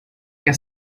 quer